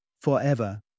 Forever